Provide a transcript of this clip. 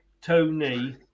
Tony